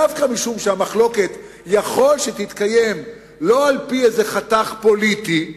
דווקא משום שהמחלוקת יכול שתתקיים לא על-פי איזה חתך פוליטי,